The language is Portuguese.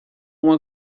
uma